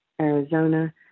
Arizona